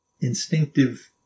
instinctive